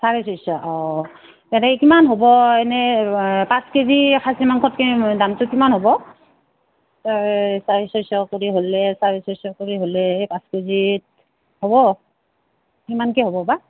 চাৰে ছয়শ অঁ তেনে কিমান হ'ব এনেই পাঁচ কেজি খাচী মাংসত দামটো কিমান হ'ব চাৰে ছয়শ কৰি হ'লে চাৰে ছয়শ কৰি হ'লে পাঁচ কেজিত হ'ব কিমানকে হ'ব বা